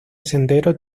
sendero